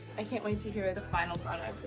i can't wait to hear the final product.